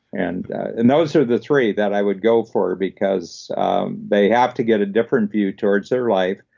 and and those are the three that i would go for, because they have to get a different view toward their life,